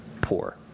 poor